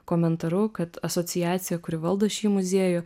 komentaru kad asociacija kuri valdo šį muziejų